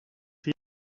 see